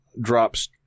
drops